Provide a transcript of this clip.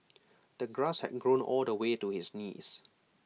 the grass had grown all the way to his knees